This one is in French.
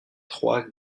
trois